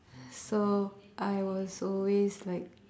so I was always like